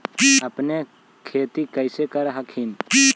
अपने खेती कैसे कर हखिन?